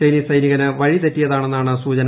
Chinese സൈനികന് വഴിതെറ്റിയതാണെന്നാണ് സൂചന